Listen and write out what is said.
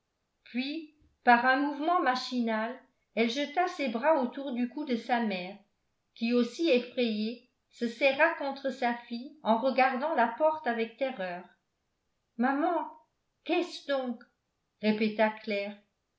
puis par un mouvement machinal elle jeta ses bras autour du cou de sa mère qui aussi effrayée se serra contre sa fille en regardant la porte avec terreur maman qu'est-ce donc répéta claire